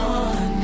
on